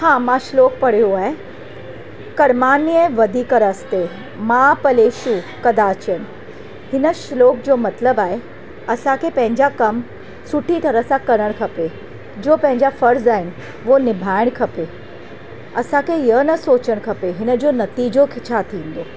हा मां श्लोक पढ़ियो आहे कर्मण्येवाधिकारस्ते मा फलेषु कदाचन हिन श्लोक जो मतलबु आहे असांखे पंहिंजा कम सुठी तरह सां करणु खपे जो पंहिंजा फर्ज़ आहिनि उहा निभाइण खपे असांखे इहो न सोचणु खपे हिनजो नतीजो छा थींदो